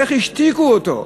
איך השתיקו אותו,